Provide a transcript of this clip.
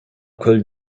көл